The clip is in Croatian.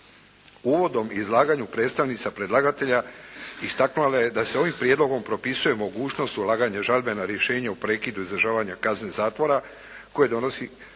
uvodnom izlaganju predstavnica predlagatelja istaknula je da se ovim prijedlogom propisuje mogućnost ulaganja žalbe na rješenje o prekidu izdržavanja kazne zatvora koje donosi